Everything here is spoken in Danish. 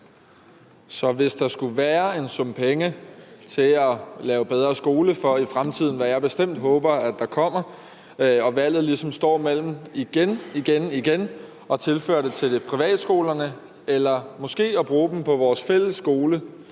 Så hvis der skulle være en sum penge til at lave bedre skole for i fremtiden, hvad jeg bestemt håber på, og valget ligesom igen igen står mellem at tilføre dem til privatskolerne eller måske bruge dem på vores fælles skole,